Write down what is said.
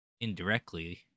indirectly